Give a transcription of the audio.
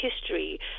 history